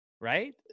Right